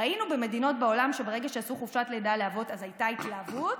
ראינו במדינות העולם: שברגע שעשו חופשת לידה לאבות אז הייתה התלהבות,